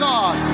God